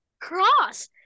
cross